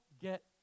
Get